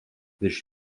virš